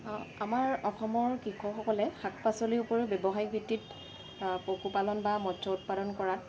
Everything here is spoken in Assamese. আমাৰ অসমৰ কৃষকসকলে শাক পাচলিৰ উপৰিও ব্যৱসায়িক ভিত্তিত পশুপালন বা মৎস উৎপাদন কৰাত